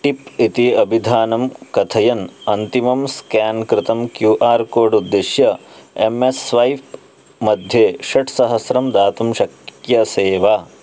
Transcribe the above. tip इति अभिधानं कथयन् अन्तिमं स्केन् कृतं क्यू आर् कोड् उद्दिश्य एम् एस् स्वैप् मध्ये षट्सहस्रं दातुं शक्यसे वा